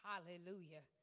Hallelujah